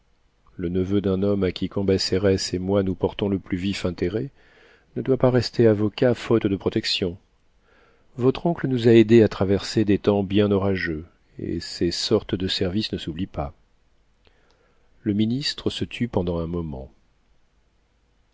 le neveu d'un homme à qui cambacérès et moi nous portons le plus vif intérêt ne doit pas rester avocat faute de protection votre oncle nous a aidés à traverser des temps bien orageux et ces sortes de services ne s'oublient pas le ministre se tut pendant un moment